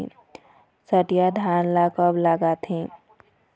सठिया धान ला कब लगाथें?